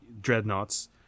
dreadnoughts